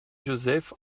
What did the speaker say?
joseph